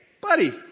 buddy